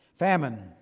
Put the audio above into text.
Famine